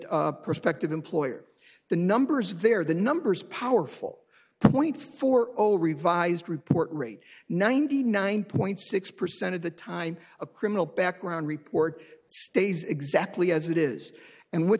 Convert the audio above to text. prospective employer the numbers there the numbers powerful point four zero revised report rate ninety nine point six percent of the time a criminal background report stays exactly as it is and with